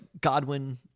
Godwin